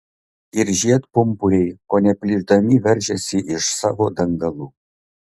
ir žiedpumpuriai kone plyšdami veržėsi iš savo dangalų